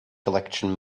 collection